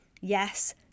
Yes